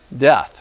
death